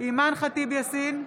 אימאן ח'טיב יאסין,